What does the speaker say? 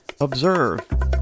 Observe